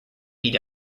beat